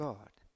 God